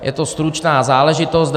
Je to stručná záležitost.